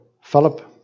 Philip